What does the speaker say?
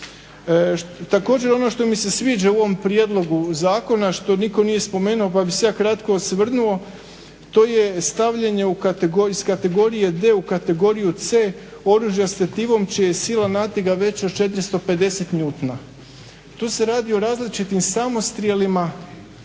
Također ono što mi se sviđa u ovom prijedlogu zakona, a što nitko nije spomenuo pa bih se ja kratko osvrnuo, to je stavljanje iz kategorije D u kategoriju C oružja s tetivom čija je sila natega veća od 450 newtona. Tu se radi o različitim samostrijelima